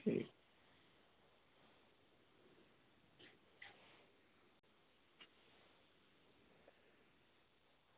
ठीक